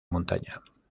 montaña